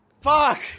Fuck